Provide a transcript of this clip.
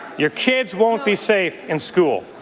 your kids won't be safe in school.